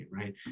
Right